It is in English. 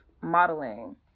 modeling